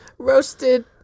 roasted